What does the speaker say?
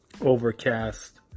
Overcast